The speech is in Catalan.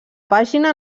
pàgina